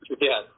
Yes